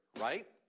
right